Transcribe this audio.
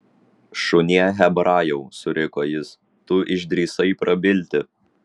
šunie hebrajau suriko jis tu išdrįsai prabilti